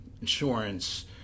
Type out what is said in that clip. insurance